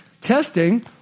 testing